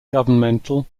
governmental